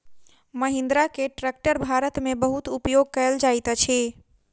महिंद्रा के ट्रेक्टर भारत में बहुत उपयोग कयल जाइत अछि